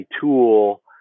tool